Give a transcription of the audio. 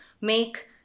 make